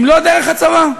אם לא דרך הצבא?